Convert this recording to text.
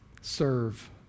serve